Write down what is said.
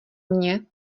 mně